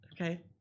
Okay